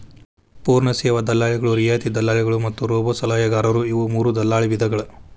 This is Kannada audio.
ಪೂರ್ಣ ಸೇವಾ ದಲ್ಲಾಳಿಗಳು, ರಿಯಾಯಿತಿ ದಲ್ಲಾಳಿಗಳು ಮತ್ತ ರೋಬೋಸಲಹೆಗಾರರು ಇವು ಮೂರೂ ದಲ್ಲಾಳಿ ವಿಧಗಳ